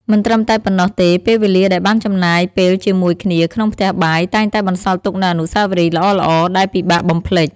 មិនត្រឹមតែប៉ុណ្ណោះទេពេលវេលាដែលបានចំណាយពេលជាមួយគ្នាក្នុងផ្ទះបាយ តែងតែបន្សល់ទុកនូវអនុស្សាវរីយ៍ល្អៗ ដែលពិបាកបំភ្លេច ។